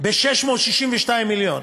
ב-662 מיליון.